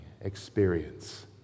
experience